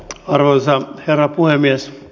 arvoisa herra puhemies